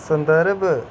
सदंर्भ